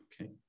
Okay